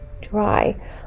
dry